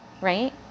right